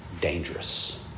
dangerous